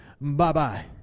bye-bye